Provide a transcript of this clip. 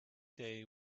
day